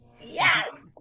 Yes